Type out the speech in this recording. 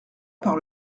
par